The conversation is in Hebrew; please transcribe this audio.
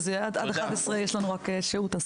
ויש לנו שהות רק עד 11,